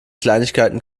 kleinigkeiten